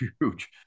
huge